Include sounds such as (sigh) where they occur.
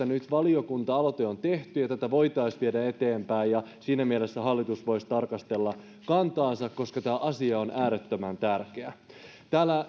(unintelligible) nyt valiokunta aloite on tehty ja toivoisin että tätä voitaisiin viedä eteenpäin ja siinä mielessä hallitus voisi tarkastella kantaansa koska tämä asia on äärettömän tärkeä täällä